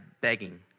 begging